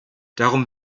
darum